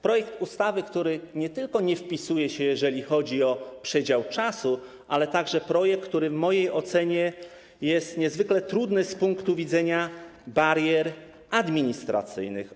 Projekt ustawy, który nie tylko nie wpisuje się, jeżeli chodzi o przedział czasu, ale także, w mojej ocenie, jest niezwykle trudny z punktu widzenia barier administracyjnych.